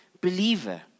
believer